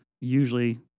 usually